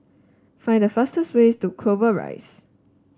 find the fastest way to Clover Rise